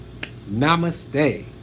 namaste